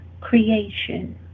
creation